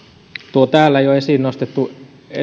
tuo täällä jo esiin nostettu